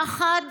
פחד,